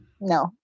No